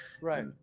right